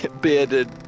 Bearded